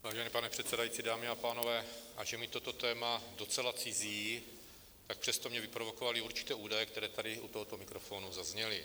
Vážený pane předsedající, dámy a pánové, ač je mi toto téma docela cizí, tak přesto mě vyprovokovaly určité údaje, které tady u tohoto mikrofonu zazněly.